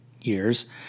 years